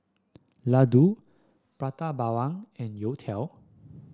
laddu Prata Bawang and youtiao